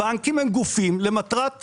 הבנקים הם גופים למטרת רווח.